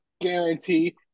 guarantee